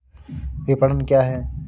विपणन क्या है?